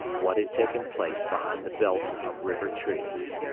what had taken place behind the belt of river trees.